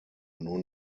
nur